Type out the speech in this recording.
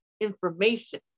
information